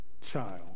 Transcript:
child